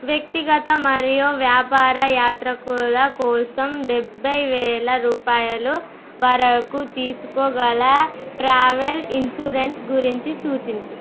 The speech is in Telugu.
వ్యక్తిగత మరియు వ్యాపార యాత్రకుల కోసం డెబ్బైవేల రూపాయలు వరకు తీసుకోగల ట్రావెల్ ఇన్షూరెన్స్ గురించి సూచించు